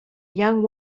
young